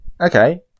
Okay